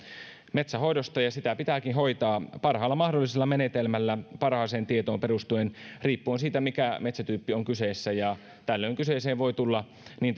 metsänhoidosta ja metsää pitääkin hoitaa parhaalla mahdollisella menetelmällä parhaaseen tietoon perustuen riippuen siitä mikä metsätyyppi on kyseessä tällöin kyseeseen voi tulla niin